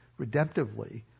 redemptively